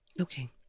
Okay